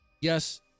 yes